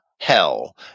hell